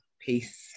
Peace